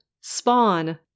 spawn